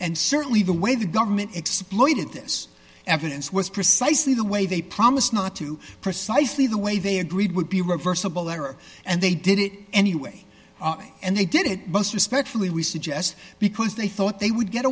and certainly the way the government exploited this evidence was precisely the way they promised not to precisely the way they agreed would be reversible error and they did it anyway and they did it bust respectfully we suggest because they thought they would get